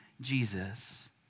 Jesus